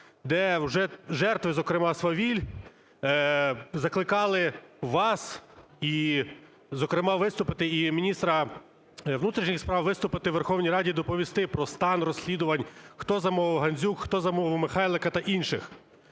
де вже жертви, зокрема свавіль, закликали вас і, зокрема, виступити, і міністра внутрішніх справ виступити в Верховній Раді і доповісти про стан розслідувань, хто замов Гандзюк, хто замовив Михайлика та інших.